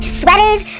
sweaters